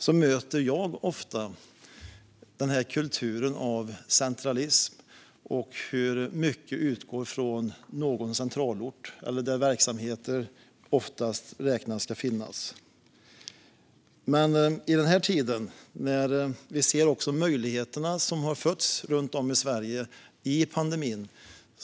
Jag möter ofta kulturen av centralism och hur mycket utgår från någon centralort där man ofta räknar med att verksamheter ska finnas. I den här tiden ser vi möjligheterna som har fötts runt om i Sverige i pandemin.